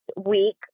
week